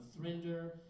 Thrinder